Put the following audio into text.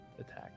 attack